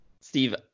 Steve